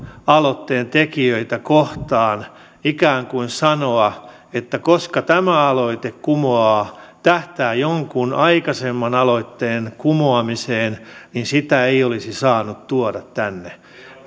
aloitteen tekijöitä kohtaan sanoa että koska tämä aloite tähtää jonkun aikaisemman aloitteen kumoamiseen sitä ei olisi saanut tuoda tänne